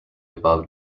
above